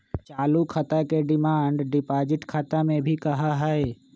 चालू खाता के डिमांड डिपाजिट खाता भी कहा हई